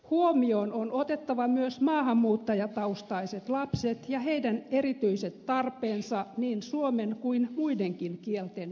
huomioon on otettava myös maahanmuuttajataustaiset lapset ja heidän erityiset tarpeensa niin suomen kuin muidenkin kielten opiskelussa